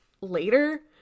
later